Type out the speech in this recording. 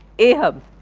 ahab.